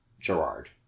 Gerard